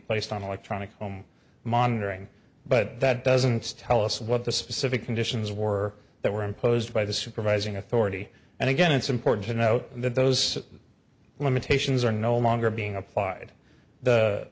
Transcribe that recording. placed on electronic home monitoring but that doesn't tell us what the specific conditions were that were imposed by the supervising authority and again it's important to note that those limitations are no longer being applied